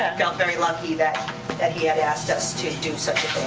got very lucky that that he had asked us to do such a